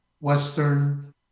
Western